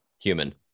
human